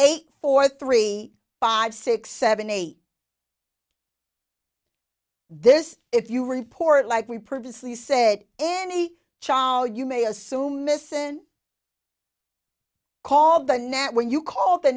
eight four three five six seven eight this if you report like we previously said any child you may assume misson called the net when you call the